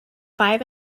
five